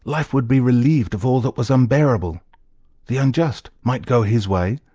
life would be relieved of all that was unbearable the unjust might go his way,